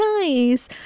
Nice